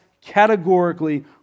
categorically